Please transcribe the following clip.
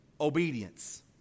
obedience